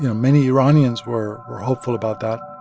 you know many iranians were were hopeful about that